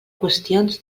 qüestions